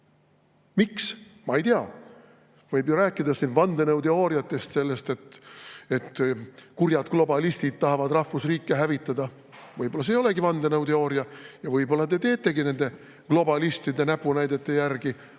Miks? Ma ei tea. Võib ju rääkida siin vandenõuteooriatest, sellest, et kurjad globalistid tahavad rahvusriike hävitada. Võib-olla see ei olegi vandenõuteooria? Võib-olla te teetegi nende globalistide näpunäidete järgi,